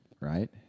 right